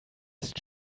ist